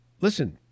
listen